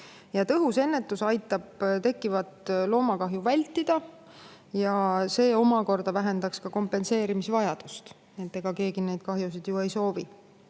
Tõhus ennetus aitab loomakahju vältida ja see omakorda vähendab kompenseerimise vajadust. Ega keegi neid kahjusid ju ei soovi.